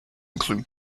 include